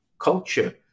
culture